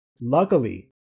luckily